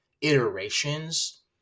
iterations